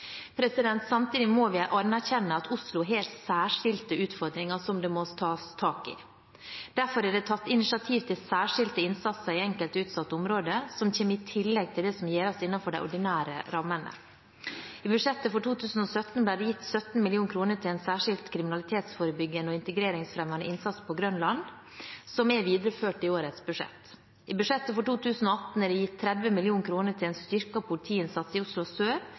Samtidig må vi anerkjenne at Oslo har særskilte utfordringer som det må tas tak i. Derfor er det tatt initiativ til særskilt innsats i enkelte utsatte områder, som kommer i tillegg til det som gjøres innenfor de ordinære rammene. I budsjettet for 2017 ble det gitt 17 mill. kr til en særskilt kriminalitetsforebyggende og integreringsfremmende innsats på Grønland, som er videreført i budsjettet for i år. I budsjettet for 2018 er det gitt 30 mill. kr til en styrket politiinnsats i Oslo sør,